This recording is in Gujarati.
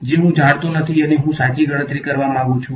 જે હું જાણતો નથી અને હું સાચી ગણતરી કરવા માંગુ છું